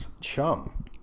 chum